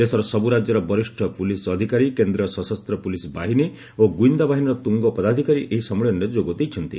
ଦେଶର ସବୁ ରାଜ୍ୟର ବରିଷ୍ଣ ପୁଲିସ୍ ଅଧିକାରୀ କେନ୍ଦ୍ରୀୟ ସଶସ୍ତ ପୁଲିସ୍ ବାହିନୀ ଓ ଗୁଇନ୍ଦା ବାହିନୀର ତ୍ରୁଙ୍ଗ ପଦାଧିକାରୀ ଏହି ସମ୍ମିଳନୀରେ ଯୋଗ ଦେଇଛନ୍ତି